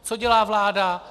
Co dělá vláda?